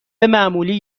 معمولی